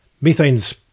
Methane's